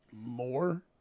more